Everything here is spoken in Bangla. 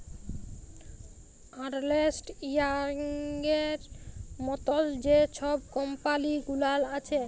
আর্লেস্ট ইয়াংয়ের মতল যে ছব কম্পালি গুলাল আছে